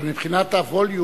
אבל מבחינת הווליום,